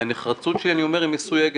והנחרצות שאני אומר היא מסויגת,